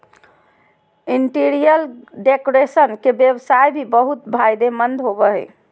interior decoration के व्यवसाय भी बहुत फायदेमंद होबो हइ